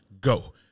go